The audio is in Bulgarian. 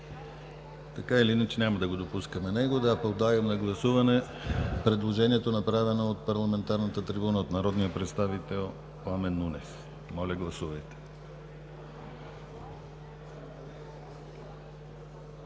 Така или иначе него няма да го допускаме. Подлагам на гласуване предложението направено от парламентарната трибуна от народния представител Пламен Нунев. Гласували